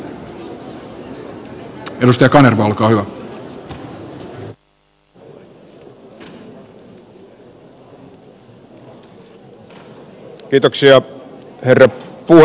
herra puhemies